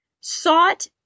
sought